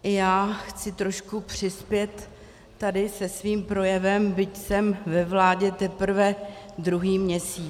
I já chci trošku přispět tady se svým projevem, byť jsem ve vládě teprve druhý měsíc.